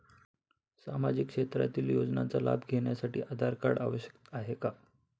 सामाजिक क्षेत्रातील योजनांचा लाभ घेण्यासाठी आधार कार्ड आवश्यक आहे का?